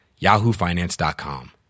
yahoofinance.com